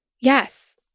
Yes